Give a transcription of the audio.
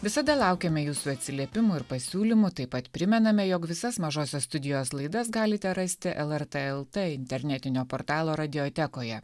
visada laukiame jūsų atsiliepimų ir pasiūlymų taip pat primename jog visas mažosios studijos laidas galite rasti lrt lt internetinio portalo radiotekoje